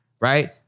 right